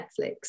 Netflix